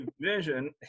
vision